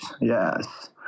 yes